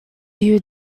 you